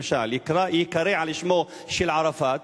למשל, ייקרא על שמו של ערפאת,